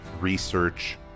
research